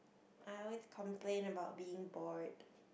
I always complain about being bored